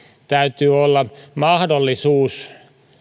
täytyy olla mahdollisuus